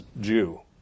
Jew